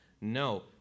no